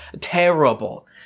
terrible